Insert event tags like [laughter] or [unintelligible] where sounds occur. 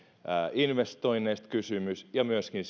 investoinneista kysymys ja myöskin [unintelligible]